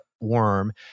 worm